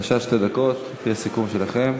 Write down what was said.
בבקשה, שתי דקות, לפי הסיכום שלכם.